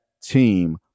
team